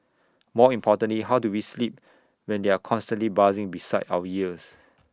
more importantly how do we sleep when they are constantly buzzing beside our ears